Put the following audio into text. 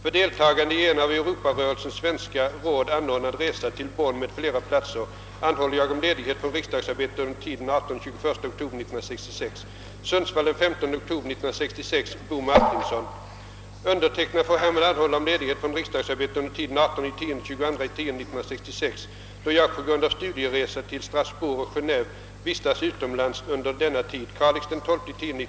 För deltagande i en av Europarörelsens svenska råd anordnad resa till Bonn m.fl. platser anhåller jag om ledighet från riksdagsarbetet under tiden 18—21 oktober 1966. Undertecknad får härmed anhålla om ledighet från riksdagsarbetet under tiden 18—22 oktober då jag på grund av studieresa till Strasbourg och Genéve vistas utomlands under denna tid.